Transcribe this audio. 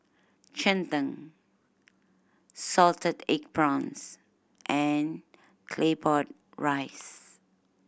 cheng tng salted egg prawns and Claypot Rice